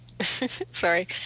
Sorry